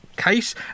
case